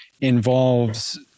involves